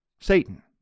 Satan